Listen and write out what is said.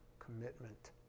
Commitment